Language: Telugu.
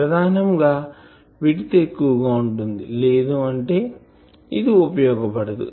ప్రదానం గా విడ్త్ ఎక్కువగా ఉంటుంది లేదంటే ఇది ఉపయోగపడదు